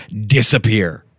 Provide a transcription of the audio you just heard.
disappear